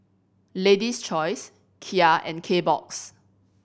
Lady's Choice Kia and Kbox